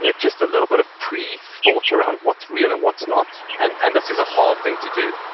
yeah just a little bit of pre-thought around what's real and what's not, and and this is a hard thing to do.